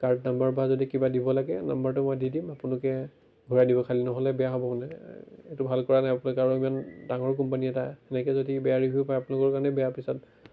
card number বা যদি কিবা দিব লাগে নাম্বাৰটো মই দি দিম আপোনালোকে ঘূৰাই দিব খালি নহ'লে বেয়া হ'ব হ'লে এইটো ভাল কৰা নাই আপোনালোকে আৰু ইমান ডাঙৰ কোম্পানী এটা এনেকৈ যদি বেয়া ৰিভিউ পায় আপোনালোকৰ কাৰণে বেয়া পিছত